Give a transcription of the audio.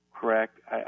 Correct